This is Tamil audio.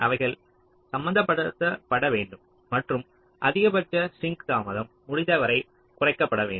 அவைகள் சமப்படுத்தப்பட வேண்டும் மற்றும் அதிகபட்ச சிங்க் தாமதம் முடிந்தவரை குறைக்கப்பட வேண்டும்